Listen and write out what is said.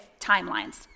timelines